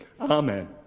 Amen